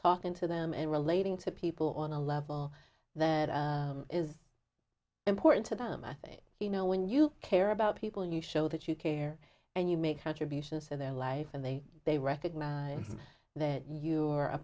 talking to them and relating to people on a level that is important to them i think you know when you care about people you show that you care and you make contributions to their life and they they recognize there you are a